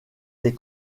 des